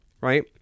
right